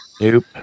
Nope